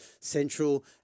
central